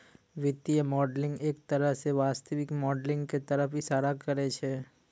वित्तीय मॉडलिंग एक तरह स वास्तविक मॉडलिंग क तरफ इशारा करै छै